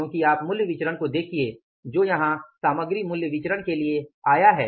क्योंकि आप मूल्य विचरण को देखिये जो यहाँ सामग्री मूल्य विचरण के लिए आया है